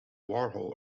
warhol